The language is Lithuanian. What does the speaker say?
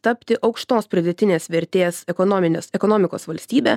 tapti aukštos pridėtinės vertės ekonominės ekonomikos valstybe